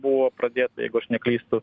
buvo pradėta jeigu aš neklystu